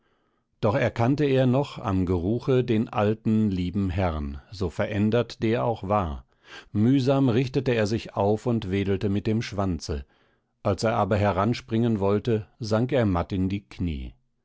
doch erkannte er noch am geruche den alten lieben herrn so verändert der auch war mühsam richtete er sich auf und wedelte mit dem schwanze als er aber heranspringen wollte sank er matt in die kniee